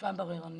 אכיפה בררנית,